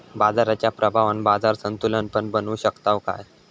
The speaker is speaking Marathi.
बाजाराच्या प्रभावान बाजार संतुलन पण बनवू शकताव काय?